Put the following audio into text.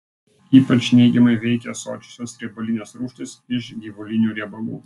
ypač neigiamai veikia sočiosios riebalinės rūgštys iš gyvulinių riebalų